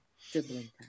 Sibling